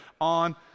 on